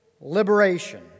liberation